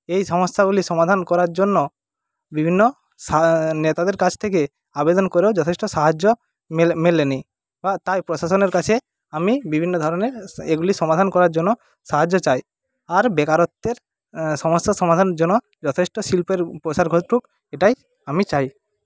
এই সমস্যাগুলির সমাধান করার জন্য বিভিন্ন নেতাদের কাছ থেকে আবেদন করেও যথেষ্ট সাহায্য মেলে মেলে নি বা তাই প্রশাসনের কাছে আমি বিভিন্ন ধরনের এগুলি সমাধান করার জন্য সাহায্য চাই আর বেকারত্বের সমস্যা সমাধানের জন্য যথেষ্ট শিল্পের প্রসার ঘটুক এটাই আমি চাই